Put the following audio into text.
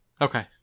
Okay